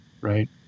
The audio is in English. Right